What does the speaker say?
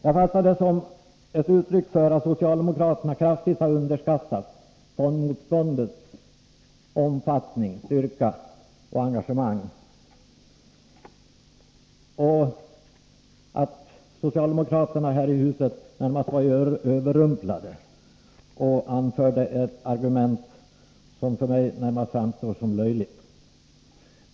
Jag fattar det som ett uttryck för att socialdemokraterna kraftigt har underskattat fondmotståndets omfattning, styrka och engagemang och att socialdemokraterna här i huset var överrumplade och anförde ett argument som för mig närmast framstår som löjligt.